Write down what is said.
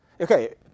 Okay